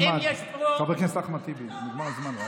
אחמד, חבר הכנסת אחמד טיבי, נגמר הזמן.